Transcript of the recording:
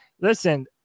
listen